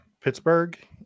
Pittsburgh